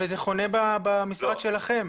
וזה חונה במשרד שלכם,